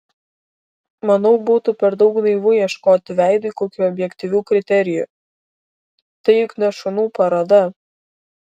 manau būtų per daug naivu ieškoti veidui kokių objektyvių kriterijų tai juk ne šunų paroda